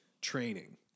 training